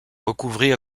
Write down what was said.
recouvrir